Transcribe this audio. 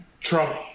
Trump